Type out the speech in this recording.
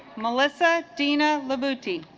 melissa dina laboux t